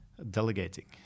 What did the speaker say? delegating